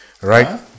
Right